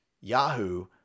Yahoo